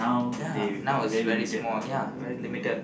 ya now is very small ya very limited